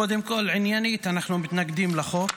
קודם כול עניינית: אנחנו מתנגדים לחוק,